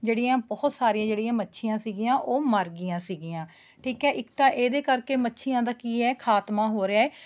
ਜਿਹੜੀਆਂ ਬਹੁਤ ਸਾਰੀਆਂ ਜਿਹੜੀਆਂ ਮੱਛੀਆਂ ਸੀਗੀਆਂ ਉਹ ਮਰ ਗਈਆਂ ਸੀਗੀਆਂ ਠੀਕ ਹੈ ਇੱਕ ਤਾਂ ਇਹਦੇ ਕਰਕੇ ਮੱਛੀਆਂ ਦਾ ਕੀ ਹੈ ਖਾਤਮਾ ਹੋ ਰਿਹਾ ਹੈ